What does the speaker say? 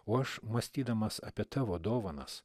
o aš mąstydamas apie tavo dovanas